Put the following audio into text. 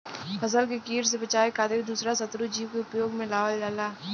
फसल के किट से बचावे खातिर दूसरा शत्रु जीव के उपयोग में लावल जाला